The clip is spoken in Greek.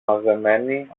μαζεμένη